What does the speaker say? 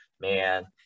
man